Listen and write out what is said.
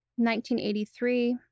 1983